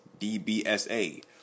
DBSA